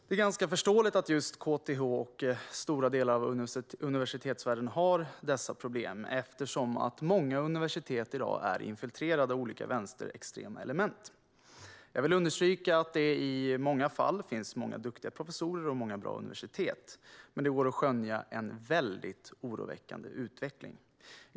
Det är ganska förståeligt att just KTH och stora delar av universitetsvärlden har dessa problem eftersom många universitet i dag är infiltrerade av olika vänsterextrema element. Jag vill understryka att det i många fall finns många duktiga professorer och många bra universitet, men det går att skönja en mycket oroväckande utveckling.